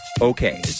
Okay